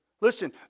Listen